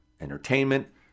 entertainment